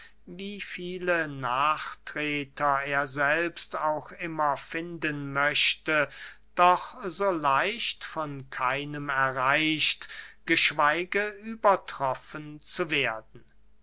wie viele nachtreter er selbst auch immer finden möchte doch so leicht von keinem erreicht geschweige übertroffen zu werden